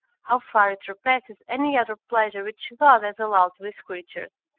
how far it surpasses any other pleasure which god has allowed to his creatures!